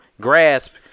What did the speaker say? grasp